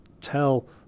tell